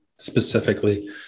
specifically